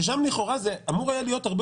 ששם לכאורה זה אמור היה להיות הרבה